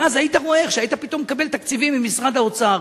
ואז היית רואה איך פתאום היית מקבל תקציבים ממשרד האוצר,